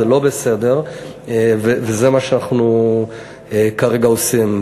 זה לא בסדר וזה מה שאנחנו כרגע עושים.